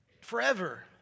forever